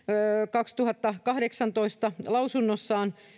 kaksituhattakahdeksantoista lausunnossaan